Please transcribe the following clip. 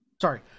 Sorry